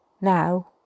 now